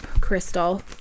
Crystal